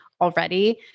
already